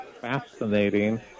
fascinating